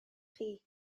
chi